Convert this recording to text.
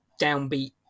downbeat